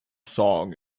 song